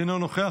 אינו נוכח,